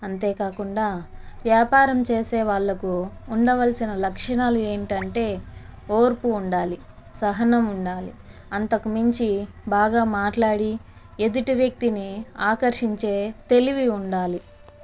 అంతేకాకుండా వ్యాపారం చేసే వాళ్ళకు ఉండవలసిన లక్షణాలు ఏంటి అంటే ఓర్పు ఉండాలి సహనం ఉండాలి అంతకుమించి బాగా మాట్లాడి ఎదుటి వ్యక్తిని ఆకర్షించే తెలివి ఉండాలి